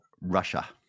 Russia